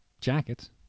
jackets